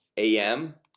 a m.